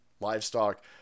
livestock